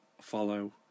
follow